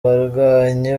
barwanyi